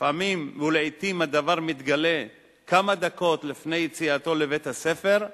ולעתים דבר מתגלה כמה דקות לפני יציאתו לבית-הספר,